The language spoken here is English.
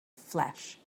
flesh